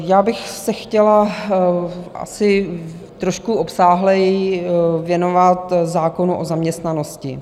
Já bych se chtěla asi trošku obsáhleji věnovat zákonu o zaměstnanosti.